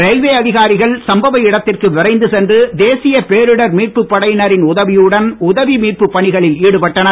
railway அதிகாரிகள் சம்பவ இடத்திற்கு விரைந்து சென்று தேசிய பேரிடர் மீட்புப் படையினரின் உதவியுடன் உதவி மீட்புப் பணிகளில் ஈடுபட்டனர்